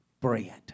bread